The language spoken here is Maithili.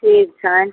ठीक छनि